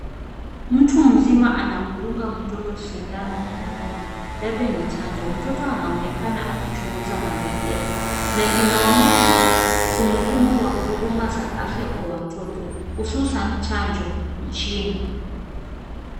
Mtu mzima anamdunga mtoto sindano mkononi, labda ni chanjo. Mtoto anaonekana akichunguza mazingira, na inaonesha umuhimu wa huduma za afya kwa watoto, hususan, chanjo nchini.